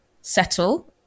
settle